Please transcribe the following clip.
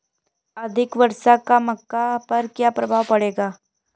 अधिक वर्षा का मक्का पर क्या प्रभाव पड़ेगा?